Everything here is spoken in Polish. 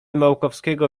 małkowskiego